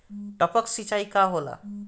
टपक सिंचाई का होला?